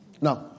Now